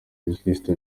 gikristu